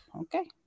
Okay